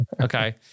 Okay